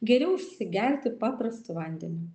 geriau užsigerti paprastu vandeniu